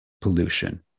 pollution